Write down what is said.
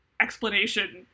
explanation